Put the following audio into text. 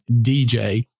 DJ